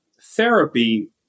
therapy